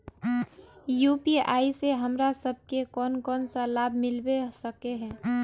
UPI से हमरा सब के कोन कोन सा लाभ मिलबे सके है?